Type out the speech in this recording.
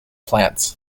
plants